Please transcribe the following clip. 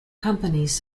companies